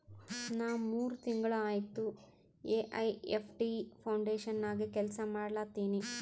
ನಾ ಮೂರ್ ತಿಂಗುಳ ಆಯ್ತ ಎ.ಐ.ಎಫ್.ಟಿ ಫೌಂಡೇಶನ್ ನಾಗೆ ಕೆಲ್ಸಾ ಮಾಡ್ಲತಿನಿ